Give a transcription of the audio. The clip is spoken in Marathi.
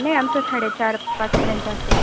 नाही आमचं साडेचार पाचपर्यंत असेल